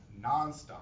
nonstop